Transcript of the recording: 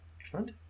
Excellent